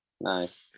nice